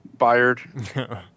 Fired